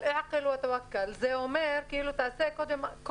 אבל (אומרת דברים בערבית ומתרגמת) זה אומר: קודם כול,